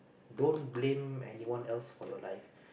don't blame anyone else for your life